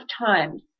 times